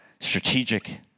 strategic